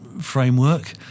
framework